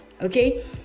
Okay